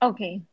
Okay